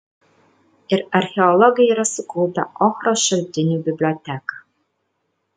ir archeologai yra sukaupę ochros šaltinių biblioteką